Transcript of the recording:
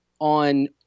on –